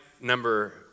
number